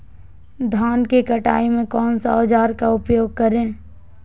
धान की कटाई में कौन सा औजार का उपयोग करे?